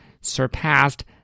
surpassed